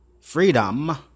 freedom